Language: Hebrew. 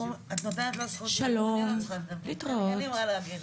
את נותנת לו זכות דיבור, אני לא צריכה לדבר,